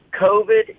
COVID